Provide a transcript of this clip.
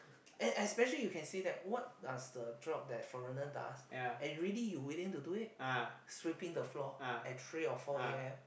and especially you can see that what does the job that foreigner does and really you willing to do it sweeping the floor at three or four a_m